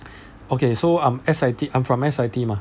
okay so I'm S_I_T I'm from S_I_T mah